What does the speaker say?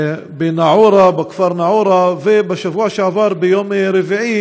בכפר נאעורה, ובשבוע שעבר ביום רביעי